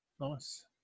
Nice